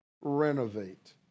renovate